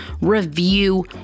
review